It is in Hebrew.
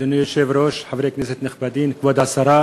אדוני היושב-ראש, חברי כנסת נכבדים, כבוד השרה,